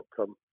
outcome